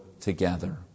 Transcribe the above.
together